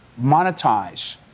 monetize